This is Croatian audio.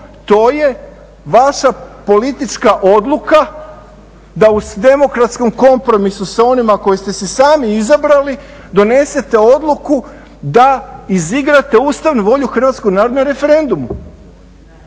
to je vaša politička odluka da u demokratskom kompromisu sa onima koje ste si sami izabrali donesete odluku da izigrate ustavnu volju Hrvatskog naroda na referendumu.